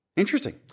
Interesting